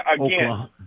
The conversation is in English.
Again